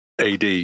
AD